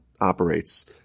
operates